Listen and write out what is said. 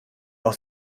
auch